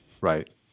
Right